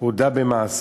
הודה במעשיו.